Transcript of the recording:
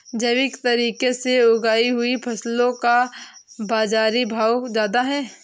जैविक तरीके से उगाई हुई फसलों का बाज़ारी भाव ज़्यादा है